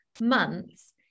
months